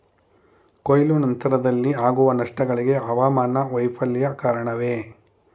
ಕೊಯ್ಲು ನಂತರದಲ್ಲಿ ಆಗುವ ನಷ್ಟಗಳಿಗೆ ಹವಾಮಾನ ವೈಫಲ್ಯ ಕಾರಣವೇ?